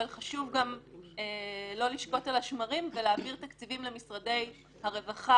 אבל חשוב גם לא לשקוט על השמרים ולהעביר תקציבים למשרדי הרווחה,